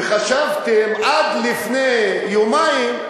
וחשבתם עד לפני יומיים,